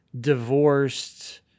divorced